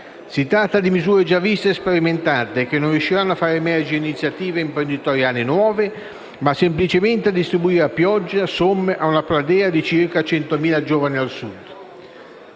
Si tratta di misure già viste e sperimentate, che non riusciranno a far emergere iniziative imprenditoriali nuove, ma semplicemente a distribuire a pioggia somme a una platea di circa centomila giovani del Sud.